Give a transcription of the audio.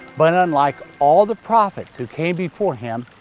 but unlike all the prophets who came before him,